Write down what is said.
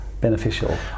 beneficial